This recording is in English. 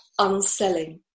unselling